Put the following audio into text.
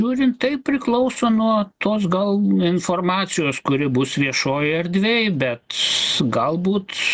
nu rimtai priklauso nuo tos gal informacijos kuri bus viešojoj erdvėj bet galbūt